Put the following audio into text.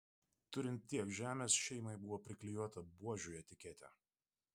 turint tiek žemės šeimai buvo priklijuota buožių etiketė